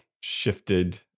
shifted